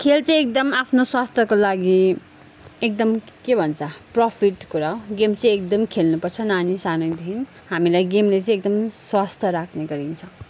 खेल चाहिँ एकदम आफ्नो स्वास्थ्यको लागि एकदम के भन्छ प्रफिट कुरा हो गेम चाहिँ एकदम खेल्नुपर्छ नानी सानैदेखि हामीलाई गेमले चाहिँ एकदम स्वस्थ राख्ने गरिन्छ